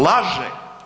Laže!